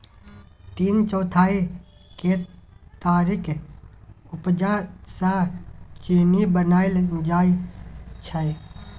तीन चौथाई केतारीक उपजा सँ चीन्नी बनाएल जाइ छै